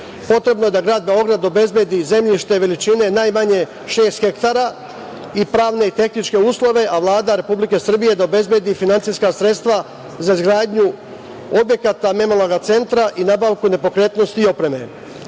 Potrebno je da Grad Beograd obezbedi zemljište veličine najmanje šest hektara i pravne i tehničke uslove, a Vlada Republike Srbije da obezbedi finansijska sredstva za izgradnju objekata memorijalnog centra i nabavku nepokretnosti i opreme.